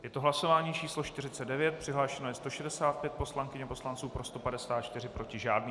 Je to hlasování číslo 49, přihlášeno 165 poslankyň a poslanců, pro 154, proti žádný.